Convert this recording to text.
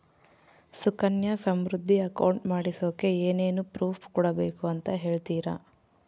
Sukanya Samriddhi account ಮಾಡಿಸೋಕೆ ಏನೇನು proof ಕೊಡಬೇಕು ಅಂತ ಹೇಳ್ತೇರಾ?